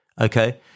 okay